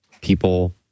people